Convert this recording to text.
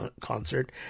concert